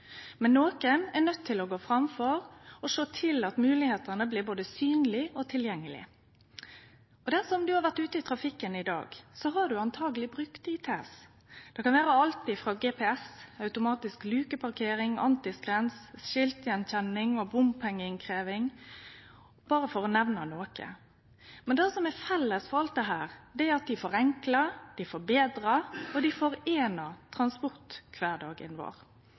Men nokon er nøydd til å gå framfor og sjå til at moglegheitene blir både synlege og tilgjengelege. Dersom du har vore ute i trafikken i dag, har du antakeleg brukt ITS. Det kan vere alt frå GPS, automatisk lukeparkering og antiskrens til skiltgjenkjenning og bompengeinnkrevjing, berre for å nemne noko. Felles for alt dette er at det forenklar, forbetrar og foreinar transportkvardagen vår.